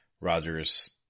Rodgers